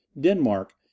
Denmark